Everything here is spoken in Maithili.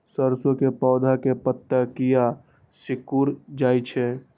सरसों के पौधा के पत्ता किया सिकुड़ जाय छे?